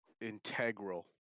integral